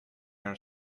are